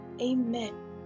Amen